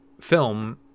film